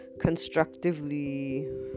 constructively